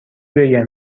بگم